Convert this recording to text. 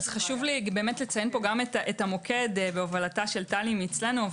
חשוב לי לציין את המוקד בהובלתה של טלי מאצלנו.